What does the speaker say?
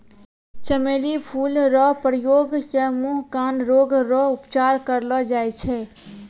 चमेली फूल रो प्रयोग से मुँह, कान रोग रो उपचार करलो जाय छै